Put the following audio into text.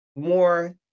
more